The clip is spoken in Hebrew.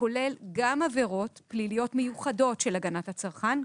שכולל גם עבירות פליליות מיוחדות של הגנת הצרכן,